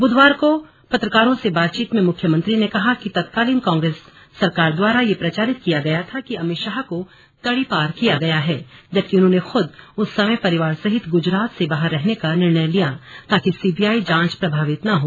बुधवार को पत्रकारों से बातचीत में मुख्यमंत्री ने कहा कि तत्कालीन कांग्रेस सरकार द्वारा यह प्रचारित किया गया था कि अमित शाह को तड़ीपार किया गया है जबकि उन्होंने खुद उस समय परिवार सहित गुजरात से बाहर रहने का निर्णय लिया ताकि सीबीआई जांच प्रभावित न हो